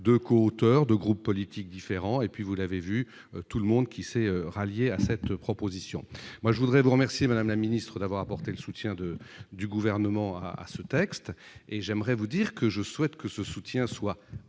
2 co-auteur de groupes politiques différents et puis vous l'avez vu tout le monde, qui s'est rallié à cette proposition, moi, je voudrais vous remercier, Madame la Ministre d'avoir apporté le soutien de du gouvernement à ce texte et j'aimerais vous dire que je souhaite que ce soutien soit